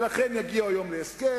ולכן יגיעו היום להסכם.